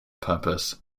purpose